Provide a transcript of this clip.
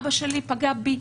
אבא שלי פגע בי.